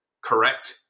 correct